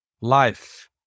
life